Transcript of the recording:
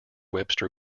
webster